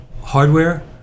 hardware